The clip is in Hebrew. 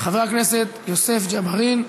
הכנסת הכריעה פה אחד,